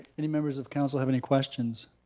any members of council have any questions?